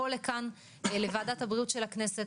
שגם היא תבוא לכאן לוועדת הבריאות של הכנסת,